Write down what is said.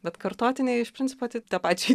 bet kartotiniai iš principo tai tapačiai